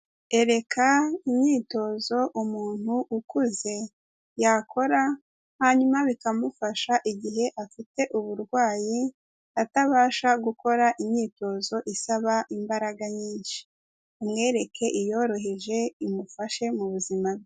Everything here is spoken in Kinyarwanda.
Ereka imyitozo umuntu ukuze yakora hanyuma bikamufasha igihe afite uburwayi atabasha gukora imyitozo isaba imbaraga nyinshi umwereke iyoroheje imufashe mu buzima bwe.